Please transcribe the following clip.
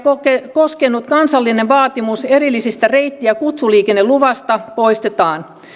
koskenut kansallinen vaatimus erillisestä reitti ja kutsuliikenneluvasta poistetaan